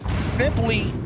Simply